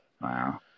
Wow